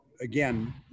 again